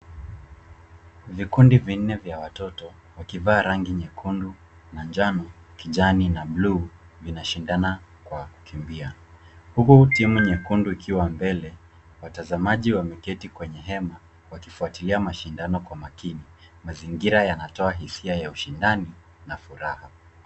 Vikundi vinne vya watoto, wakivaa rangi nyekundu na njano, kijani na blue , vinashindana kwa kukimbia, huku timu nyekundu ikiwa mbele. Watazamaji wameketi kwenye hema wakifuatilia mashindano kwa makini. Mazingira yanatoa hisia ya ushindani na furaha.